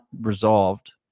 resolved